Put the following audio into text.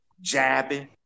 jabbing